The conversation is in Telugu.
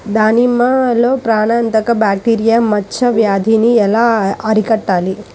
దానిమ్మలో ప్రాణాంతక బ్యాక్టీరియా మచ్చ వ్యాధినీ ఎలా అరికట్టాలి?